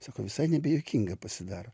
sako visai nebejuokinga pasidaro